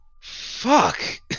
Fuck